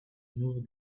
move